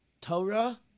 Torah